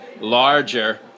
larger